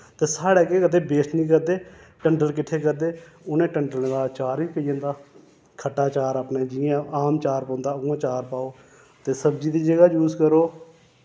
ते साढ़े केह् करदे बेस्ट नि करदे टंडल किट्ठे करदे उ'नें टंडलें दा चार बी पेई जंदा खट्टा चार अपने जि'यां आम चार पोंदा उ'आं चार पाओ ते सब्जी दी जगह जूस करो